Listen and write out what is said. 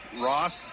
Ross